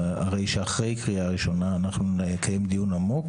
הרי שאחרי קריאה ראשונה אנחנו נקיים דיון עמוק,